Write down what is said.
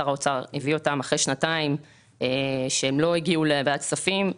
ששר האוצר הביא אותן אחרי שנתיים שהן לא הגיעו לוועדת הכספים.